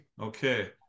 Okay